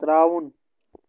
ترٛاوُن